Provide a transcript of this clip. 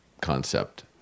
concept